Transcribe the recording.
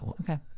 Okay